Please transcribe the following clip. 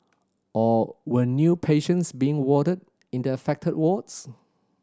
or when new patients being warded in the affected wards